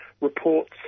reports